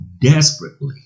desperately